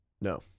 No